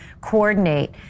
coordinate